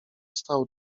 stał